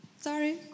sorry